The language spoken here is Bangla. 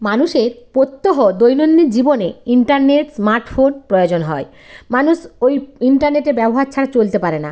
মানুষের প্রত্যহ দৈনন্দিন জীবনে ইন্টারনেট স্মার্ট ফোন প্রয়োজন হয় মানুষ ওই ইন্টারনেটের ব্যবহার ছাড়া চলতে পারে না